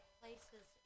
places